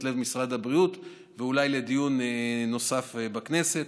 לב משרד הבריאות ואולי לדיון נוסף בכנסת.